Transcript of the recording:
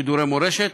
שידורי מורשת,